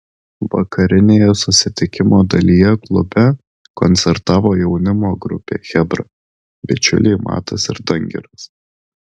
vakarinėje susitikimo dalyje klube koncertavo jaunimo grupė chebra bičiuliai matas ir dangiras